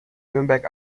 nürnberg